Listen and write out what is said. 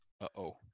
Uh-oh